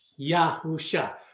Yahusha